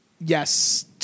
Yes